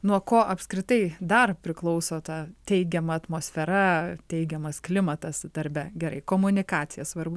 nuo ko apskritai dar priklauso ta teigiama atmosfera teigiamas klimatas darbe gerai komunikacija svarbu